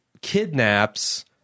kidnaps